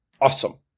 Awesome